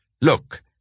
Look